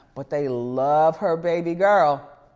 but they love her baby girl.